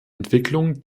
entwicklung